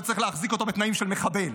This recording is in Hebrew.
שצריך להחזיק אותו בתנאים של מחבל.